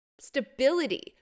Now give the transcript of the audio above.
stability